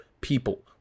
people